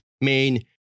main